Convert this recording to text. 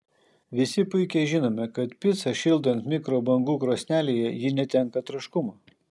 visi puikiai žinome kad picą šildant mikrobangų krosnelėje ji netenka traškumo